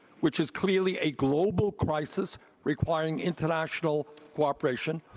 which is clearly a global crisis requiring international cooperation,